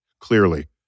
clearly